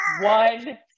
one